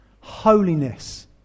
Holiness